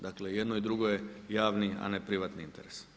Dakle i jedno i drugo je javni a ne privatni interes.